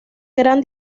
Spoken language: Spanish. gran